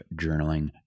journaling